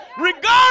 regardless